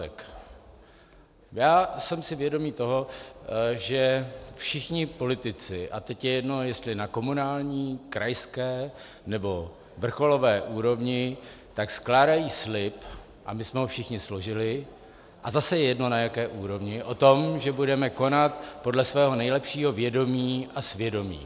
Já jsem si vědom toho, že všichni politici, a teď je jedno, jestli na komunální, krajské nebo vrcholové úrovni, skládají slib, a my jsme ho všichni složili a zase je jedno, na jaké úrovni, o tom, že budeme konat podle svého nejlepšího vědomí a svědomí.